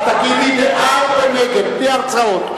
את תגידי בעד או נגד בלי הרצאות.